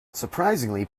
surprisingly